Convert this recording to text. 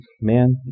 man